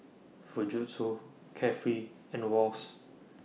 Fujitsu Carefree and Wall's